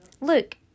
Look